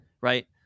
right